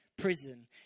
prison